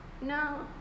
no